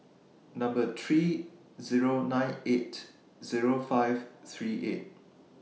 three Zero nine eight Zero five three eight